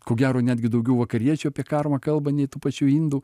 ko gero netgi daugiau vakariečių apie karmą kalba nei tų pačių indų